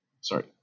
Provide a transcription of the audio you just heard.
sorry